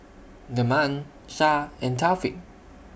Leman Shah and Taufik